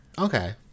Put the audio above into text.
Okay